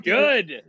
good